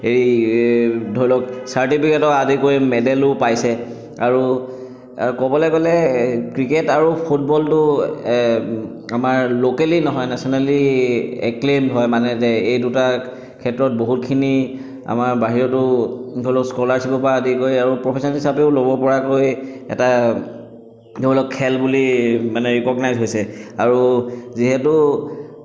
এই ধৰি লওক চাৰ্টিফিকেটৰ পৰা আদি কৰি মেডেলো পাইছে আৰু আৰু ক'বলৈ গ'লে ক্ৰিকেট আৰু ফুটবলটো আমাৰ লোকেলী নহয় নেশ্যনেলী এক্লেইমড হয় মানে যে এই দুটা ক্ষেত্ৰত বহুতখিনি আমাৰ বাহিৰতো ধৰি লওক স্কলাৰশ্বিপৰ পৰা আদি কৰি আৰু প্ৰফেশ্যন হিচাপেও ল'ব পৰাকৈ এটা ধৰি লওক খেল বুলি মানে ৰিকগনাইজ হৈছে আৰু যিহেতু